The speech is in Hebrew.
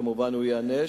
כמובן הוא ייענש,